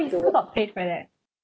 you still got paid for that